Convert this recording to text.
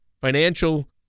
financial